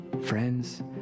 Friends